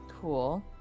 Cool